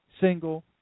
single